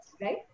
Right